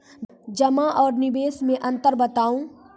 जमा आर निवेश मे अन्तर बताऊ?